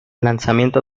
lanzamiento